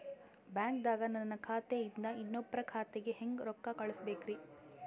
ಬ್ಯಾಂಕ್ದಾಗ ನನ್ ಖಾತೆ ಇಂದ ಇನ್ನೊಬ್ರ ಖಾತೆಗೆ ಹೆಂಗ್ ರೊಕ್ಕ ಕಳಸಬೇಕ್ರಿ?